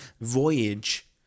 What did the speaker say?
voyage